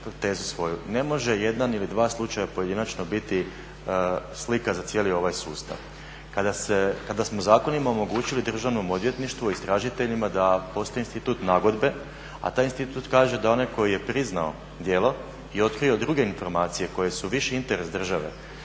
"Ne može jedan ili dva slučaja pojedinačno biti slika za cijeli ovaj sustav." Kada smo zakonima omogućili državnom odvjetništvu i istražiteljima da postoji institut nagodbe, a taj institut kaže da onaj koji je priznao djelo i otkrio druge informacije koje su viši interes države,